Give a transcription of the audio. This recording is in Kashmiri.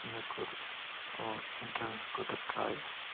مےٚ کٔر اٮ۪نٹرنٕس خٲطرٕ ٹراے